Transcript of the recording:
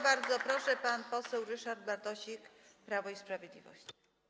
Bardzo proszę, pan poseł Ryszard Bartosik, Prawo i Sprawiedliwość.